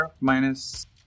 minus